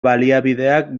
baliabideak